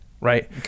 Right